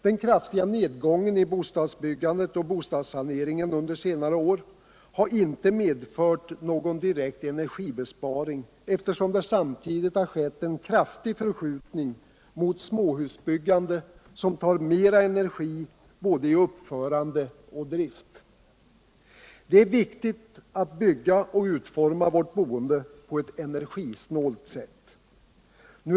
Den kraftiga nedgången i bostadsbyggnadet och i bostadssaneringen under senare år har Energisparplan inte medfört någon direkt energibesparing, eftersom det samtidigt skett en för befintlig bebygkraftig förskjutning mot småhusbyggande, som kräver mera energi både vid ” uppförande och i drift. Det är viktigt att bygga och att utforma vårt boende på ett energisnålt sätt.